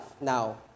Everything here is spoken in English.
now